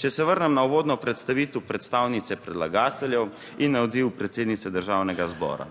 Če se vrnem na uvodno predstavitev predstavnice predlagateljev in na odziv predsednice Državnega zbora.